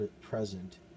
present